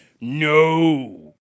No